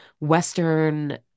Western